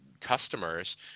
customers